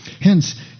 Hence